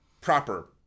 proper